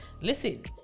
listen